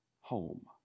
home